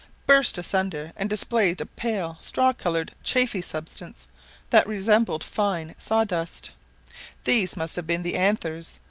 burst asunder and displayed a pale straw-coloured chaffy substance that resembled fine saw-dust these must have been the anthers,